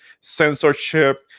censorship